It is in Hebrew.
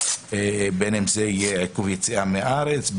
בין אם זה עיכוב יציאה מהארץ,